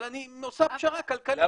אבל אני עושה פשרה כלכלית.